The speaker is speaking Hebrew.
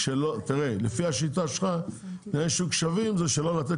לפי השיטה שלך תנאי שוק שווים זה לא לתת